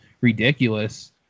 ridiculous